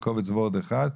בקובץ וורד אחד,